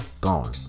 gone